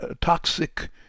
toxic –